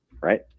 right